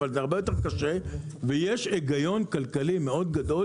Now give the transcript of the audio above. אבל זה הרבה יותר קשה ויש היגיון כלכלי מאוד גדול